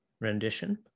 rendition